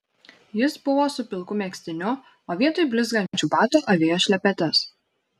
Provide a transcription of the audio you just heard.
jis buvo su pilku megztiniu o vietoj blizgančių batų avėjo šlepetes